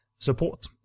support